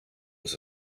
was